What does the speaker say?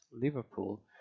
Liverpool